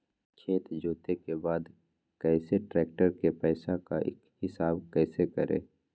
खेत जोते के बाद कैसे ट्रैक्टर के पैसा का हिसाब कैसे करें?